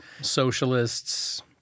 socialists